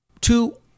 two